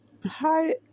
Hi